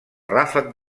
ràfec